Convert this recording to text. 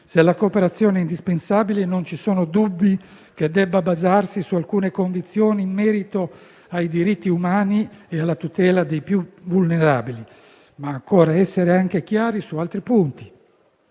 se la cooperazione è indispensabile, non ci sono dubbi che debba basarsi su alcune condizioni in merito ai diritti umani e alla tutela dei più vulnerabili, ma occorre anche essere chiari su altri punti.